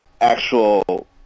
actual